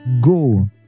go